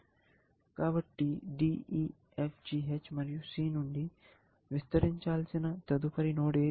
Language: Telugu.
కాబట్టి D E F G H మరియు C నుండి విస్తరించాల్సిన తదుపరి నోడ్ ఏది